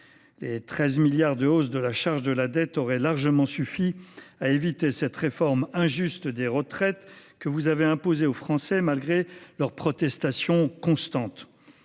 Les 13 milliards d’euros de hausse de la charge de la dette auraient largement suffi à éviter cette réforme injuste des retraites que vous avez imposée aux Français malgré leurs protestations constantes.